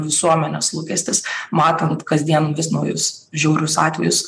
visuomenės lūkestis matant kasdien vis naujus žiaurius atvejus